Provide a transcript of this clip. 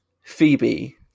Phoebe